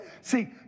See